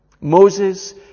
Moses